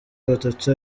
batatu